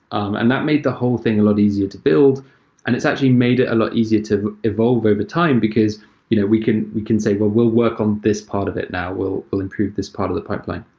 um and that made the whole thing a lot easier to build and it's actually made it a lot easier to evolve overtime, because you know we can we can say, well, we'll work on this part of it now. we'll we'll improve this part of the pipeline.